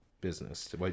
business